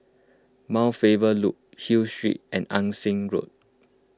Mount Faber Loop Hill Street and Ann Siang Road